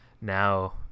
now